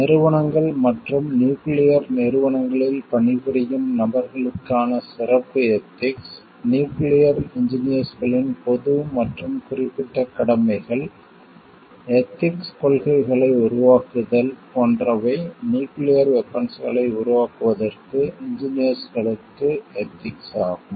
நிறுவனங்கள் மற்றும் நியூக்கிளியர் நிறுவனங்களில் பணிபுரியும் நபர்களுக்கான சிறப்பு எதிக்ஸ் நியூக்கிளியர் இன்ஜினியர்ஸ்களின் பொது மற்றும் குறிப்பிட்ட கடமைகள் எதிக்ஸ் கொள்கைகளை உருவாக்குதல் போன்றவை நியூக்கிளியர் வெபன்ஸ்களை உருவாக்குவதற்கு இன்ஜினியர்ஸ்களுக்கு எதிக்ஸ் ஆகும்